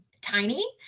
tiny